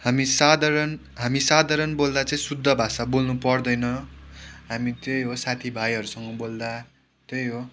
हामी साधारण हामी साधारण बोल्दा चाहिँ शुद्ध भाषा बोल्नु पर्दैन हामी त्यही हो साथीभाइहरूसँग बोल्दा त्यही हो